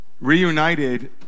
reunited